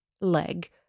leg